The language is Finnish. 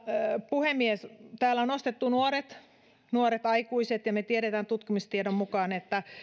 puhemies täällä on nostettu esiin nuoret ja nuoret aikuiset me tiedämme tutkimustiedon mukaan että